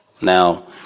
now